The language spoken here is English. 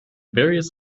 various